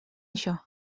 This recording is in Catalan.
això